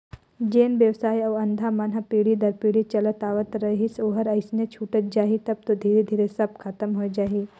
जेन बेवसाय अउ धंधा मन हर पीढ़ी दर पीढ़ी चलत आवत रहिस ओहर अइसने छूटत जाही तब तो धीरे धीरे सब खतम होए जाही